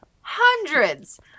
hundreds